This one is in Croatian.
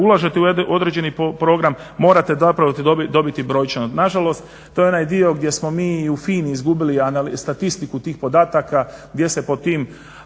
ulažete u određeni program morate zapravo dobiti brojčano. Na žalost, to je ona dio gdje smo mi i u FINA-i izgubili statistiku tih podataka, gdje se pod tim,